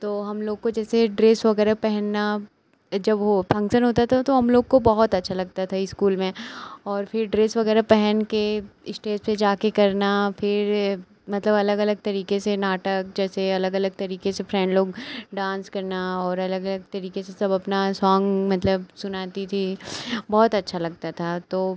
तो हम लोग को जैसे ड्रेस वग़ैरह पहनना जब वह फंक्सन होता था तो हम लोग को बहुत अच्छा लगता था इस्कूल में और फिर ड्रेस वगैरा पहन के इस्टेज पर जाकर करना फिर मतलब अलग अलग तरीक़े से नाटक जैसे अलग अलग तरीक़े से फ़्रेन्ड लोग डांस करना और अलग अलग तरीक़े से सब अपना सॉन्ग मतलब सुनाती थी बहुत अच्छा लगता था तो